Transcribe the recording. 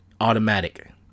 automatic